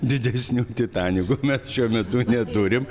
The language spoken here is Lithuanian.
didesnių titanikų mes šiuo metu neturim